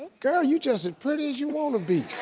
girl, you just as pretty as you wanna be.